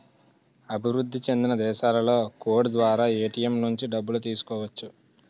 అభివృద్ధి చెందిన దేశాలలో కోడ్ ద్వారా ఏటీఎం నుంచి డబ్బులు తీసుకోవచ్చు